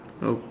okay